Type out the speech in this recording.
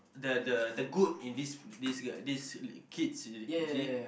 the the the good in this this uh this kids you you see